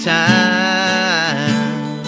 time